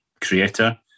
creator